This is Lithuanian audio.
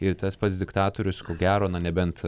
ir tas pats diktatorius ko gero na nebent